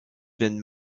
been